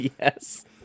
Yes